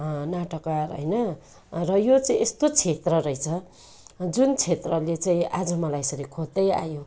नाटककार होइन र यो चाहिँ यस्तो क्षेत्र रहेछ जुन क्षेत्रले चाहिँ आज मलाई यसरी खोज्दै आयो